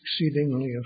exceedingly